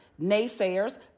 naysayers